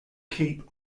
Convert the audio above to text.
keep